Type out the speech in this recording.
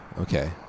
Okay